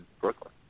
Brooklyn